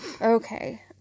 Okay